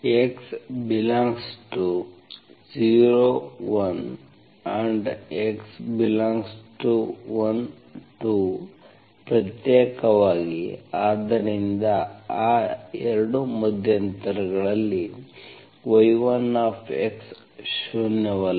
x∈01 x∈12 ಪ್ರತ್ಯೇಕವಾಗಿ ಆದ್ದರಿಂದ ಆ 2 ಮಧ್ಯಂತರಗಳಲ್ಲಿ y1 ಶೂನ್ಯವಲ್ಲ